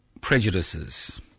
prejudices